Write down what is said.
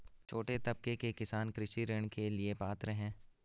छोटे तबके के किसान कृषि ऋण के लिए पात्र हैं?